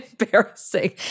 embarrassing